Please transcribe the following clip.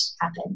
happen